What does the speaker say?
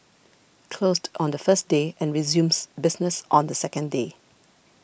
closed on the first day and resumes business on the second day